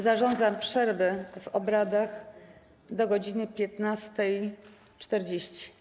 Zarządzam przerwę w obradach do godz. 15.40.